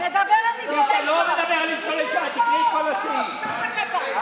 תקראי את כל הסעיף,